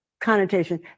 Connotation